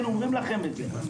היינו אומרים לכם את זה.